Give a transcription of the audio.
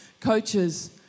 coaches